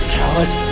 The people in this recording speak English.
coward